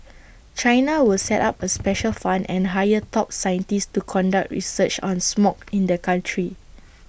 China will set up A special fund and hire top scientists to conduct research on smog in the country